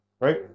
right